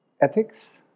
ethics